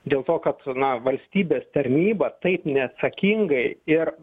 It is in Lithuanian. dėl to kad nuo valstybės tarnybą taip neatsakingai ir